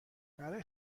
برای